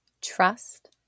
Trust